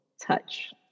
touch